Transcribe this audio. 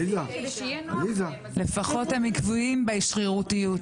לפחות הם עקביים בשרירותיות.